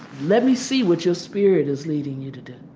let me see what your spirit is leading you to do.